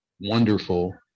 wonderful